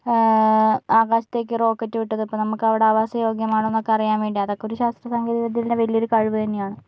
ആകാശത്തേക്ക് റോക്കറ്റ് വിട്ടത് അപ്പോൾ നമുക്കവിടെ ആവാസയോഗ്യമാണോ എന്നൊക്കെ അറിയാൻ വേണ്ടിട്ടാണ് അപ്പോൾ അതൊക്കെ ഒരു ശാസ്ത്രസാങ്കേതിക വിദ്യകളുടെ വല്യൊരു കഴിവ് തന്നെയാണ്